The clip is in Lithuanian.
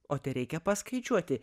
o tereikia paskaičiuoti